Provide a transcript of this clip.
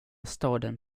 staden